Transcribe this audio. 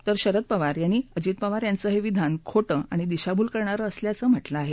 तर शरद पवार यांनी अजित पवार यांचं हे विधान खोटं आणि दिशाभूल करणार असल्याचं म्हटलं आहे